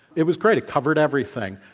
it was great. it covered everything.